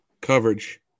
coverage